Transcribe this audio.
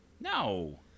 No